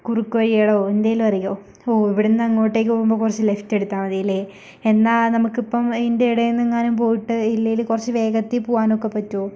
കുറുക്കു വഴികളോ എന്തേലും ഹോ ഇവിടെ നിന്ന് അങ്ങോട്ടേക്ക് പോകുമ്പോൾ കുറച്ച് ലെഫ്റ്റെട്ത്താൽ മതിയില്ലേ എന്നാൽ നമക്കിപ്പം അതിൻ്റെ ഇടയിൽ നിന്ന് എങ്ങാനും പോയിട്ട് അല്ലേല് കുറച്ച് വേഗത്തിൽ പോവാനൊക്കെ പറ്റുമോ